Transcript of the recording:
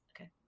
Okay